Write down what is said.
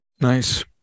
Nice